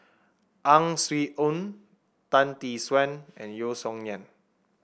Ang Swee Aun Tan Tee Suan and Yeo Song Nian